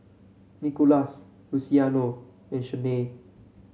Nickolas Luciano and Shanae